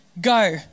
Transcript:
Go